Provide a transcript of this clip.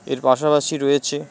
এর পাশাপাশি রয়েছে